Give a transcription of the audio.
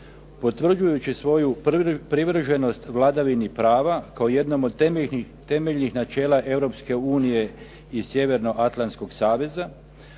potvrđujući svoju privrženost vladavini pravo kao jednom od temeljnih načela Europske unije i Sjevernoatlanskog saveza,